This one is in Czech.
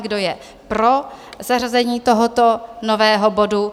Kdo je pro zařazení tohoto nového bodu?